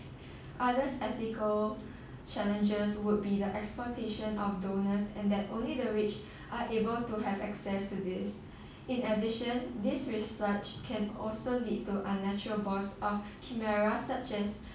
other ethical challenges would be the exploitation of donors and that only the rich are able to have access to this in addition this research can also lead to unnatural voi~ of he~